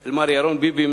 אל מר ירון ביבי,